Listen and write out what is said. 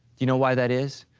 you know why that is?